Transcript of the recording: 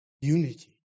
Unity